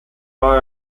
war